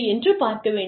என்று பார்க்க வேண்டும்